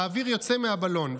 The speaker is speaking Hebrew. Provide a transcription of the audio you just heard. האוויר יוצא מהבלון,